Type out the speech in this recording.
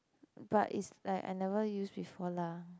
but is like I never use before lah